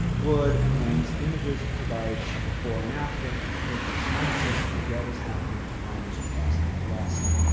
wood and lange's images provide a before and after, a visual synopsis of what was happening to farmers across the midwest.